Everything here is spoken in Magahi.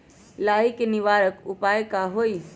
लाही के निवारक उपाय का होई?